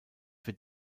wird